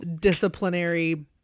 disciplinary